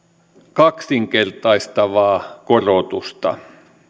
kaksinkertaistavaa korotusta